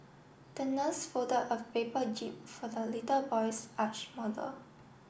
the nurse folded a paper jib for the little boy's yacht model